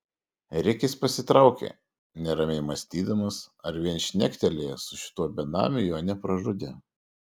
rikis pasitraukė neramiai mąstydamas ar vien šnektelėjęs su šituo benamiu jo nepražudė